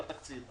התקציב.